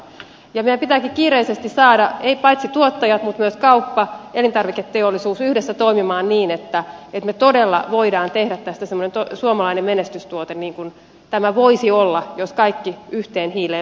meidän pitääkin kiireisesti saada paitsi tuottajat myös kauppa elintarviketeollisuus yhdessä toimimaan niin että me todella voimme tehdä tästä semmoisen suomalaisen menestystuotteen niin kuin tämä voisi olla jos kaikki yhteen hiileen puhaltavat